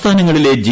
സംസ്ഥാനങ്ങളിലെ ജി